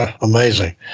Amazing